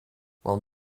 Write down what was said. while